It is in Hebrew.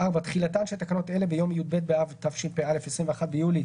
תחילה תחילתן של תקנות אלה ביום י"ב באב התשפ"א (21 ביולי